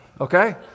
Okay